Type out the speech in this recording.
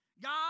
God